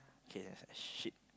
k then like shit